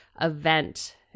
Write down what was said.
event